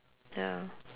ya